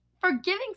forgiving